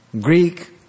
Greek